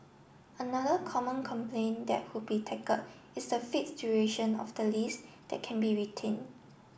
another common complaint that would be tackled is the fixed duration of the lease that can be retained